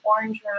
orange